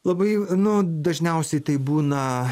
labai jau nu dažniausiai tai būna